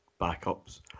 backups